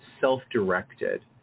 self-directed